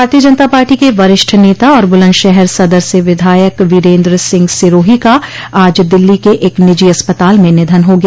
भारतीय जनता पार्टी के वरिष्ठ नेता और बुलन्दशहर सदर से विधायक वीरेन्द्र सिंह सिरोही का आज दिल्ली के एक निजी अस्पताल में निधन हो गया